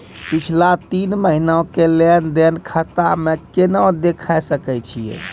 पिछला तीन महिना के लेंन देंन खाता मे केना देखे सकय छियै?